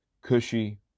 Cushy